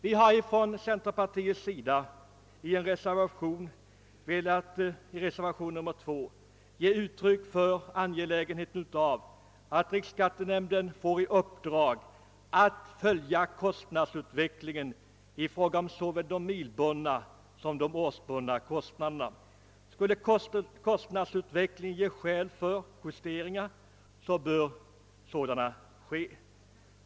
Vi centerpartiledamöter har i reservationen 2 velat ge uttryck för angelägenheten av att riksskattenämnden får i uppdrag att följa kostnadsutvecklingen i fråga om såväl milbundna som årsbundna kostnader. Skulle kostnadsutvecklingen ge skäl för justeringar bör sådana göras.